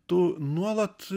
tu nuolat